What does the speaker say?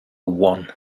one